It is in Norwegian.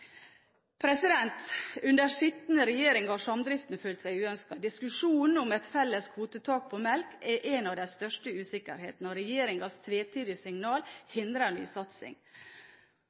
Under sittende regjering har samdriftene følt seg uønsket. Diskusjonen om et felles kvotetak på melk er en av de største usikkerhetene. Regjeringens tvetydige signaler hindrer